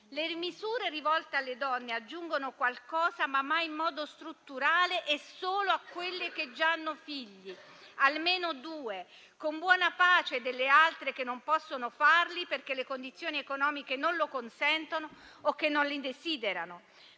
le misure rivolte alle donne aggiungono qualcosa, ma mai in modo strutturale e solo a quelle che già hanno figli, almeno due, con buona pace delle altre che non possono farli perché le condizioni economiche non lo consentono o che non li desiderano.